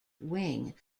wing